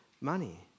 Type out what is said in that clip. money